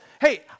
hey